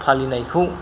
फालिनायखौ